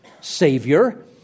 Savior